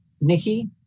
Nikki